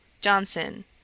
Johnson